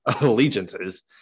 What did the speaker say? allegiances